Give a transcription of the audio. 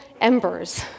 embers